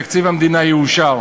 שתקציב המדינה כבר יאושר.